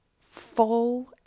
full